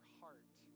heart